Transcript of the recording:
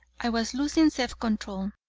i was losing self-control.